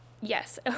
Yes